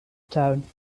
tuin